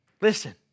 Listen